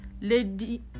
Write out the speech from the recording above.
Lady